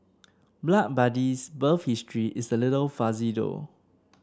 Blood Buddy's birth history is a little fuzzy though